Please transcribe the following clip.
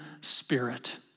spirit